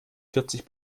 vierzig